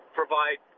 provide